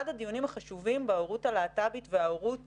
הדיונים החשובים בהורות הלהט"בית וההורות